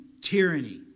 tyranny